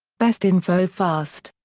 best info fast.